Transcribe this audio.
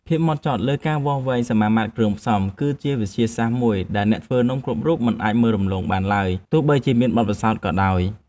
ភាពហ្មត់ចត់លើការវាស់វែងសមាមាត្រគ្រឿងផ្សំ គឺជាវិទ្យាសាស្ត្រមួយដែលអ្នកធ្វើនំគ្រប់រូបមិនអាចមើលរំលងបានឡើយទោះបីមានបទពិសោធន៍ក៏ដោយ។